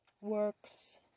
works